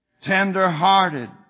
tender-hearted